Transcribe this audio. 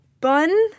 bun